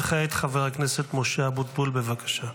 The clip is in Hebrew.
וכעת חבר הכנסת משה אבוטבול, בבקשה.